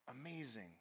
amazing